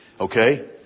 Okay